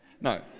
No